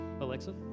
Alexa